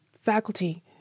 faculty